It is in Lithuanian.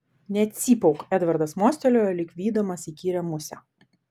necypauk edvardas mostelėjo lyg vydamas įkyrią musę